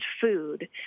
food